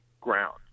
ground